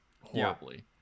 horribly